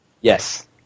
Yes